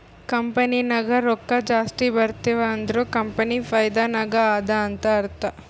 company ನಾಗ್ ರೊಕ್ಕಾ ಜಾಸ್ತಿ ಬರ್ತಿವ್ ಅಂದುರ್ ಕಂಪನಿ ಫೈದಾ ನಾಗ್ ಅದಾ ಅಂತ್ ಅರ್ಥಾ